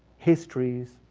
histories.